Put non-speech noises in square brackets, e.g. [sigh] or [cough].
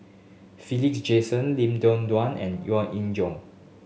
Philip Jackson Lim [unintelligible] and Yo [unintelligible] Jong